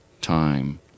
time